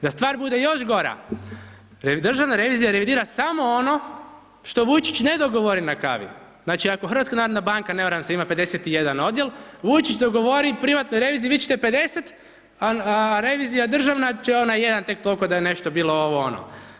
Da stvar bude još gora Državna revizija revidira samo ono što Vujčić ne dogovori na kavi, znači ako HNB ne varam se ima 51 odjel, Vujčić dogovori u privatnoj reviziji vi ćete 50, a revizija državna će onaj 1 tek tolko da je nešto bilo ovo ono.